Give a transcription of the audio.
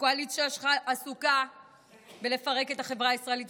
הקואליציה שלך עסוקה בלפרק את החברה הישראלית.